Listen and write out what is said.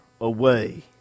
away